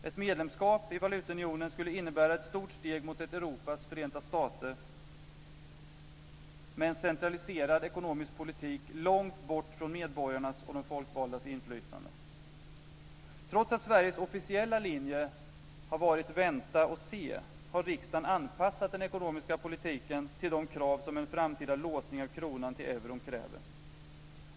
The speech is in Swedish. Ett medlemskap i valutaunionen skulle innebära ett stort steg mot ett Europas förenta stater, med en centraliserad ekonomisk politik långt bort från medborgarnas och de folkvaldas inflytande. Trots att Sveriges officiella linje har varit att vänta och se har riksdagen anpassat den ekonomiska politiken till de krav som en framtida låsning av kronan till euron kräver.